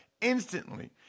instantly